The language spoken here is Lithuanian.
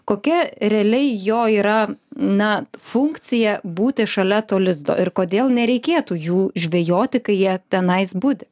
kokia realiai jo yra na funkcija būti šalia to lizdo ir kodėl nereikėtų jų žvejoti kai jie tenai budi